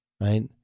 right